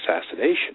assassination